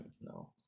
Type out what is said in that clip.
No